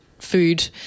food